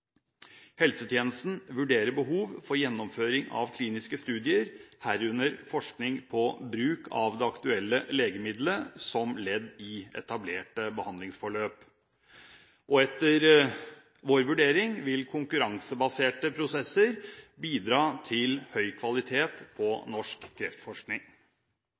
Helsetjenesten vurderer behov for gjennomføring av kliniske studier, herunder forskning på bruk av det aktuelle legemidlet som ledd i etablerte behandlingsforløp. Etter vår vurdering vil konkurransebaserte prosesser bidra til høy kvalitet på norsk kreftforskning.